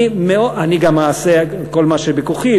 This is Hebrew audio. אני גם אעשה כל מה שבכוחי,